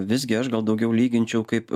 visgi aš gal daugiau lyginčiau kaip